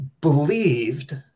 believed